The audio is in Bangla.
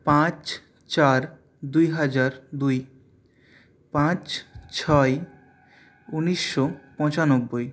পাঁচ চার দুই হাজার দুই পাঁচ ছয় ঊনিশশো পঁচানব্বই